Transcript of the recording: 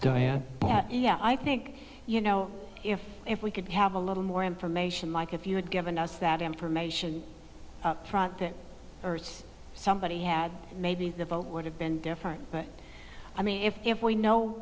diane yeah i think you know if we could have a little more information mike if you had given us that information that somebody had maybe the vote would have been different but i mean if we know